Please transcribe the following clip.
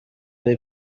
ari